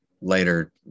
later